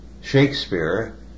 Shakespeare